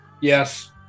Yes